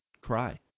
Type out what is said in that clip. cry